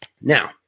Now